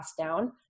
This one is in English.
down